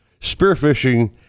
spearfishing